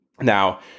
Now